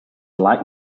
like